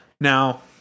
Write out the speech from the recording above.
Now